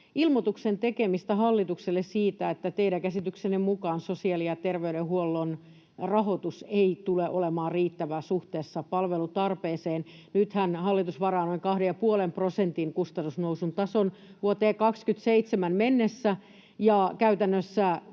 ilmoituksen tekemistä hallitukselle siitä, että teidän käsityksenne mukaan sosiaali‑ ja terveydenhuollon rahoitus ei tule olemaan riittävä suhteessa palvelutarpeeseen? Nythän hallitus varaa noin kahden ja puolen prosentin kustannusnousun tason vuoteen 27 mennessä,